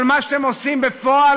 אבל מה שאתם עושים בפועל,